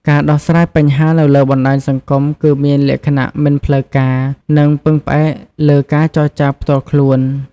ការដោះស្រាយបញ្ហានៅលើបណ្តាញសង្គមគឺមានលក្ខណៈមិនផ្លូវការនិងពឹងផ្អែកលើការចរចាផ្ទាល់ខ្លួន។